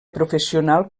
professional